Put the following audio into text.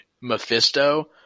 Mephisto